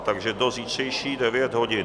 Takže do zítřejších 9 hodin.